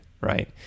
right